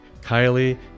Kylie